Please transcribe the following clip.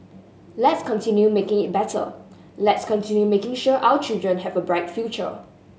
let's continue making it better let's continue making sure our children have a bright future